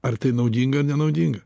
ar tai naudinga ar nenaudinga